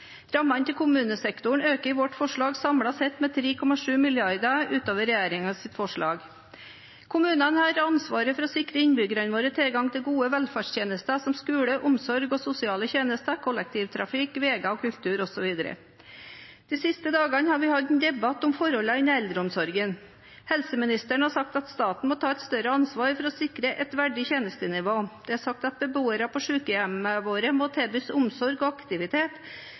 Rammene til kommunesektoren øker i vårt forslag samlet sett med 3,7 mrd. kr utover regjeringens forslag. Kommunene har ansvaret for å sikre innbyggerne sine tilgang til gode velferdstjenester som skole, omsorg og sosiale tjenester, kollektivtrafikk, veier, kultur osv. De siste dagene har vi hatt en debatt om forholdene innen eldreomsorgen. Helseministeren har sagt at staten må ta et større ansvar for å sikre et verdig tjenestenivå. Det er sagt at beboere på sykehjemmene våre må tilbys omsorg og aktivitet